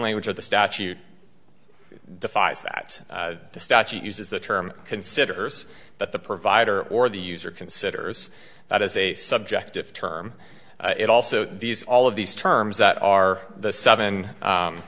language of the statute defies that the statute uses the term considers that the provider or the user considers that as a subjective term it also these all of these terms that are the seven